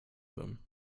them